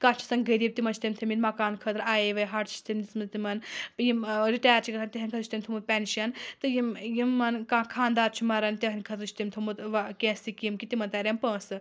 کانٛہہ چھُ آسان غریٖب تِمن چھِ تٔمۍ تھٲیمِتۍ مکان خٲطرٕ آے اے وَے ہَٹ چھِ تٔمۍ دِژمَژ تِمن یِم ٲں رِٹایَر چھِ گژھان تِہنٛدِ خٲطرٕ چھِ تٔمۍ تھوٚمُت پیٚنشن تہٕ یِمن کانٛہہ خَانٛدار چھُ مران تِہنٛدِ خٲطرٕ چھُ تٔمۍ تھوٚمُت ٲں وۄنۍ کیٚنٛہہ سِکیٖم کہِ تِمن تریٚن پونٛسہٕ